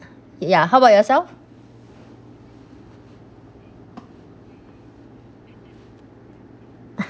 ya how about yourself